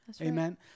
Amen